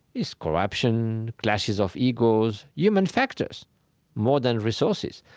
it's corruption, clashes of egos human factors more than resources.